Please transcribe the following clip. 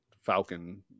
Falcon